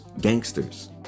gangsters